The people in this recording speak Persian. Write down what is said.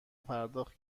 پرداخت